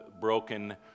broken